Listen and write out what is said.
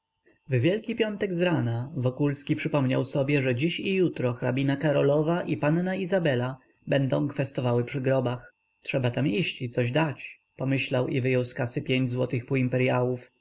w wielki piątek zrana wokulski przypomniał sobie że dziś i jutro hrabina karolowa i panna izabela będą kwestowały przy grobach trzeba tam pójść i coś dać pomyślał i wyjął z kasy pięć złotych półimperyałów